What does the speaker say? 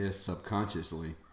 subconsciously